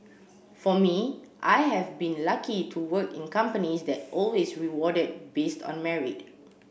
for me I have been lucky to work in companies that always rewarded based on merit